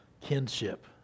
kinship